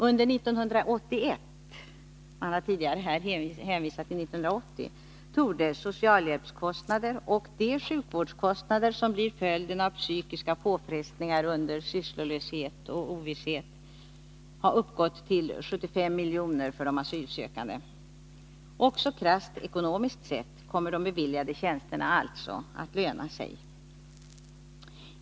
Under 1981 — man har här tidigare nämnt 1980 — torde socialhjälpskostnader och de sjukvårdskostnader som blir följden av psykiska påfrestningar under sysslolöshet och ovisshet ha uppgått till 75 milj.kr. för de asylsökande. 53 Också krasst ekonomiskt sett kommer de beviljade tjänsterna alltså att löna sig.